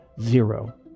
zero